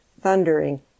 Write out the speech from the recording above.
thundering